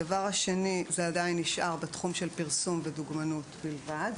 הדבר השני הוא שזה נשאר עדיין בתחום של פרסום ודוגמנות בלבד,